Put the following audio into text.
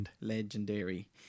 Legendary